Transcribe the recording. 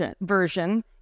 version